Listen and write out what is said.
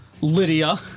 Lydia